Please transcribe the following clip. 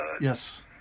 Yes